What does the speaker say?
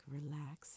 relax